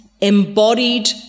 embodied